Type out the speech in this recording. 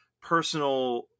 personal